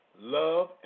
love